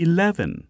Eleven